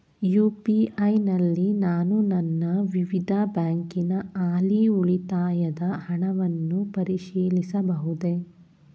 UPI ನಲ್ಲಿ ನಾನು ನನ್ನ ವಿವಿಧ ಬ್ಯಾಂಕಿನ ಹಾಲಿ ಉಳಿತಾಯದ ಹಣವನ್ನು ಪರಿಶೀಲಿಸಬಹುದೇ?